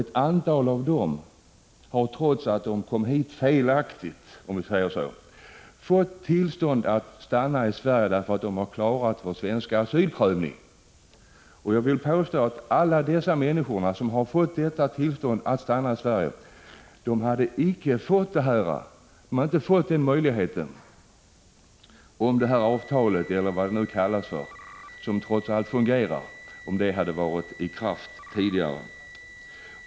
Ett antal av dessa har, trots att de kom hit ”felaktigt”, fått tillstånd att stanna i Sverige därför att de har klarat vår svenska asylprövning. Jag vill påstå att alla de människor som fått tillstånd att stanna i Sverige inte hade fått möjlighet till det om detta avtal — eller vad det nu kallas för och som trots allt fungerar — hade varit i kraft tidigare.